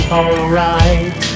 alright